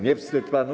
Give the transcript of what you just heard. Nie wstyd panu?